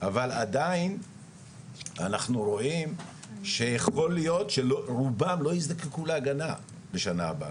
אבל עדיין אנחנו רואים שיכול להיות שרובם לא יזדקקו להגנה בשנה הבאה.